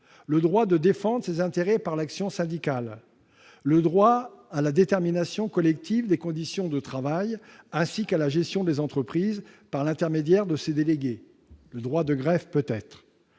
Le droit de défendre ses intérêts par l'action syndicale ? Le droit à la détermination collective des conditions de travail, ainsi qu'à la gestion des entreprises par l'intermédiaire des délégués ? Le droit de grève peut-être